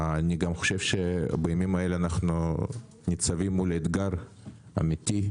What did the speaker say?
גם בימים אלה אנו ניצבים מול אתגר אמיתי,